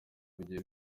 byagiye